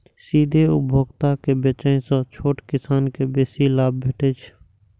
सीधे उपभोक्ता के बेचय सं छोट किसान कें बेसी लाभ भेटै छै